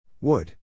Wood